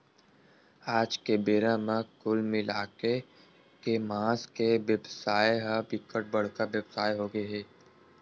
आज के बेरा म कुल मिलाके के मांस के बेवसाय ह बिकट बड़का बेवसाय होगे हे